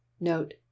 note